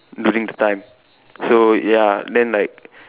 during the time so ya then like